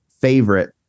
favorite